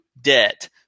debt